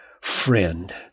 friend